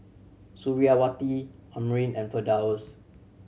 Suriawati Amrin and Firdaus